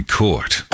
court